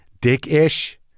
Dick-ish